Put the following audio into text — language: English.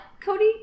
Cody